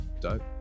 Dope